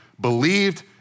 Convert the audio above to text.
believed